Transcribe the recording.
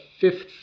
fifth